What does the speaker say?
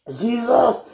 Jesus